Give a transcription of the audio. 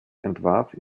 entwarf